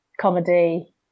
comedy